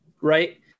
right